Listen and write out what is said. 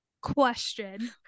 Question